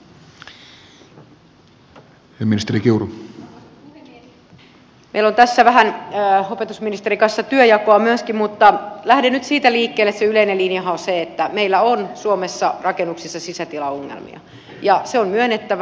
meillä on tässä vähän opetusministerin kanssa työnjakoa myöskin mutta lähden nyt siitä liikkeelle että se yleinen linjahan on se että meillä on suomessa rakennuksissa sisätilaongelmia se on myönnettävä